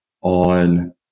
on